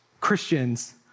Christians